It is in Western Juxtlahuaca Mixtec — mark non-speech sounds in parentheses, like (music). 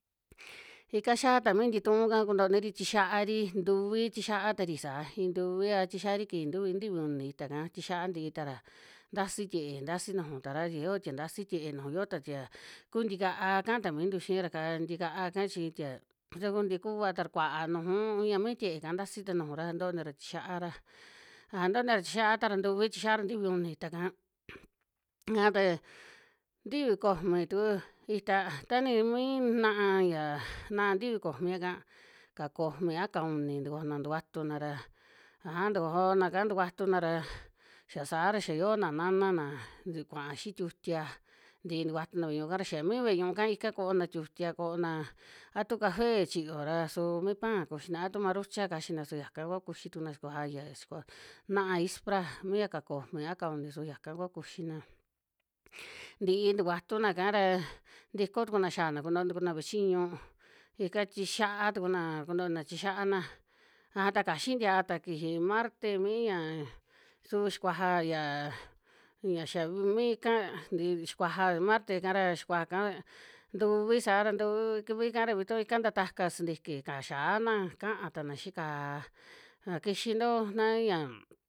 Ika xia ta mi ntituu'ka kuntoniri chixiaari ntuvi chixiaa tari saa, iin ntuvia kiji tu nti uni ita'ka tixia ntii tara, ntasi tie ntasi nuju tara ya yoo tia ntasi tiee nuju, yo ta tia kuu ntika'a kaa ta mintu xira'ka ntika'a ka chi tie ta ku nti kuava tara, kuaa nuju ña mi tie'eka ntasi ta nujura ntonira tixiaara, aja ntonira tixiaa tara ntuvi tixiara ntivi uni ita'ka (noise) aja ta nti komi tuku ita tani mii na'a, ya na'a ntivi komia'ka ka moki a ka uni tukojona tukuatuna ra, aja tukojona ka ntukuatuna ra xa saa ra xa yiona nana na tu kuaa xii tiutia, ntii tukutuna ve'e ñu'u ika ra xa mi ve'e ñu'úka ika koona tiutia, koona a tu café chiyo ra suu mi pan kuxina a tu marucha kaxina su yaka kua kuxi tukuna xikuaja xikua (unintelligible) na'a ispra mi ya ka komi a ka uni su yaka kua kuxina, (noise) ntii tukuatuna ka ra ntiko tukuna xiana kuntoni tukuna ve'e chiñu ika tixiaa tukuna kuntonina tixiaana, a ta kaxi ntia ta kiji marte mi yaa su xikuaja yaa ya xia mi ika nti xikuaja marte'ka ra xikuaja ika, ntuvi saa ra ntuvikika (unintelligible) ra vituu ika nta taka sintiki ka xiana kaa ta xii ka'á, a kixinto na ya.